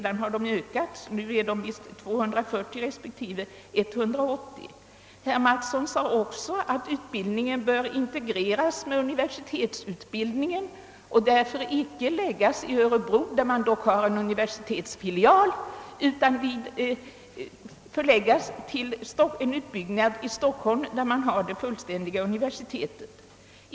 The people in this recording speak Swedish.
Sedan har elevantalet ökats och är nu 240 respektive 180. Herr Tobé framhöll också att utbildningen bör integreras med universitetsutbildningen och därför inte förläggas till Örebro, där man dock har en universitetsfilial, utan till en utbyggnad i Stockholm som ju har ett fullständigt universitet.